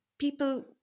People